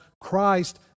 Christ